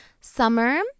Summer